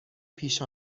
پیش